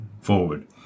forward